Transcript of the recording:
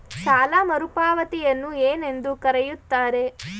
ಸಾಲ ಮರುಪಾವತಿಯನ್ನು ಏನೆಂದು ಕರೆಯುತ್ತಾರೆ?